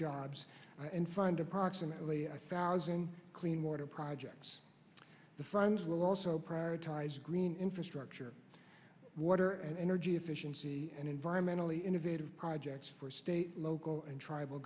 jobs and find approximately a thousand clean water projects the funds were also prioritized green infrastructure water and energy efficiency and environmentally innovative projects for state local and tribal